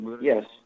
Yes